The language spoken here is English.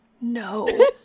no